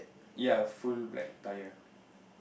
ya full black attire